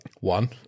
One